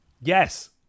Yes